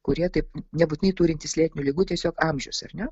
kurie taip nebūtinai turintys lėtinių ligų tiesiog amžius ar ne